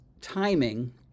timing